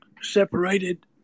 separated